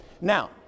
Now